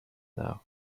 now